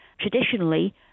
traditionally